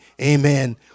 Amen